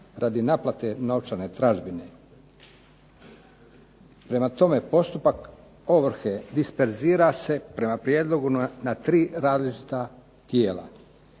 radi naplate novčane tražbine. Prema tome postupak ovrhe disperzira se prema prijedlogu na tri različita tijela.